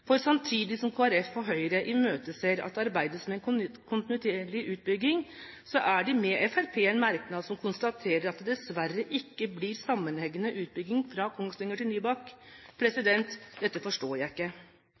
For samtidig som Kristelig Folkeparti og Høyre imøteser at det arbeides med en kontinuerlig utbygging, har de sammen med Fremskrittspartiet en merknad der de konstaterer at det dessverre ikke blir sammenhengende utbygging fra Kongsvinger til Nybakk. Dette forstår jeg ikke.